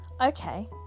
okay